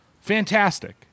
fantastic